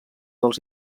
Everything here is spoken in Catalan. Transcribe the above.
dels